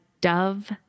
dove